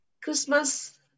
Christmas